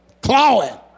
clawing